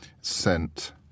sent